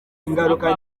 ingaruka